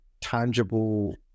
tangible